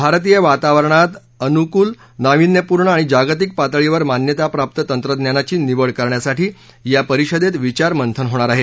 भारतीय वातावरणात बांधकामासाठी अनुकूल नावीन्यपूर्ण आणि जागतिक पातळीवर मान्यताप्राप्त अशा तंत्रज्ञानाची निवड करण्यासाठी या परिषदेत विचारमंथन होणार आहे